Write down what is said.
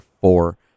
four